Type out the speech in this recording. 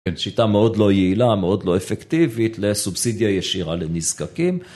שיטה מאוד לא יעילה, מאוד לא אפקטיבית לסובסידיה ישירה לנזקקים.